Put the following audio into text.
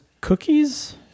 cookies